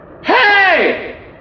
Hey